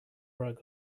rug